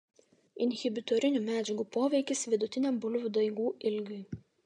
inhibitorinių medžiagų poveikis vidutiniam bulvių daigų ilgiui